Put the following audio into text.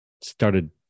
started